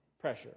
pressure